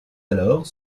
alors